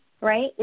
right